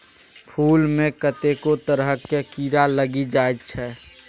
फुल मे कतेको तरहक कीरा लागि जाइ छै